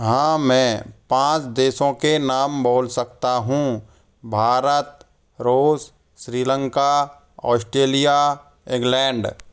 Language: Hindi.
हाँ मैं पाँच देशों के नाम बोल सकता हूँ Bharat Russia Sri Lanka Australia England